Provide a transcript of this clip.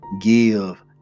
give